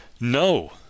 no